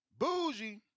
Bougie